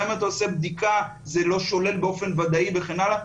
גם אם אתה עושה בדיקה זה לא שולל באופן ודאי וכן הלאה,